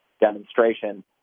demonstration